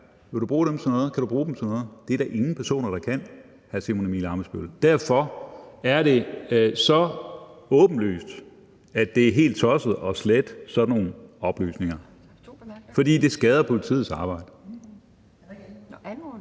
får du ti fingeraftryk her, kan du bruge dem til noget? Det er der ingen personer der kan, hr. Simon Emil Ammitzbøll. Derfor er det så åbenlyst, at det er helt tosset at slette sådan nogle oplysninger, altså fordi det skader politiets arbejde. Kl. 12:59 Anden